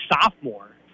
sophomore